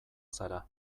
zara